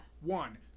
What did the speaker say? One